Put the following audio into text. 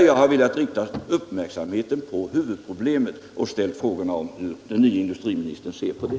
Jag har velat rikta uppmärksamheten på detta huvudproblem och ställt frågan hur den nye industriministern ser på det.